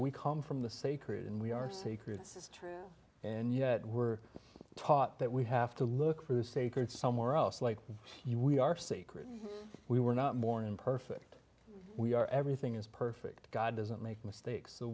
we come from the sacred and we are secrets is true and yet we're taught that we have to look for the sacred somewhere else like you we are sacred and we were not more imperfect we are everything is perfect god doesn't make mistakes so